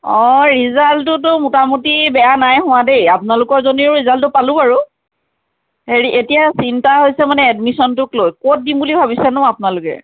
অ ৰিজাল্টটোতো মোটামুটি বেয়া নাই হোৱা দেই আপোনালোকৰ জনীৰো ৰিজাল্টটো পালোঁ বাৰু হেৰি এতিয়া চিন্তা হৈছে মানে এডমিশ্যনটোক লৈ ক'ত দিম বুলি ভাবিছেনো আপোনালোকে